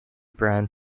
brand